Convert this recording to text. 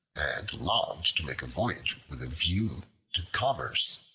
and longed to make a voyage with a view to commerce.